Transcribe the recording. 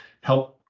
help